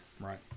right